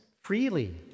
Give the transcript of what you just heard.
freely